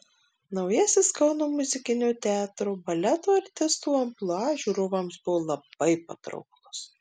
naujasis kauno muzikinio teatro baleto artistų amplua žiūrovams buvo labai patrauklus